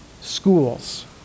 schools